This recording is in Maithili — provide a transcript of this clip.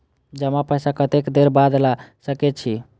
जमा पैसा कतेक देर बाद ला सके छी?